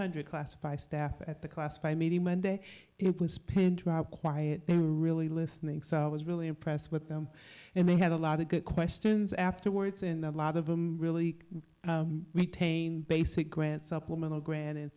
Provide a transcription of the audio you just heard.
hundred classified staff at the classify meeting monday it was pin drop quiet they were really listening so i was really impressed with them and they had a lot of good questions afterwards and a lot of them really retain basic grant supplemental grant